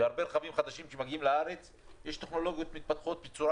בהרבה רכבים חדשים שמגיעים לארץ יש טכנולוגיות מתפתחות בצורה